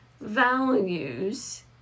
values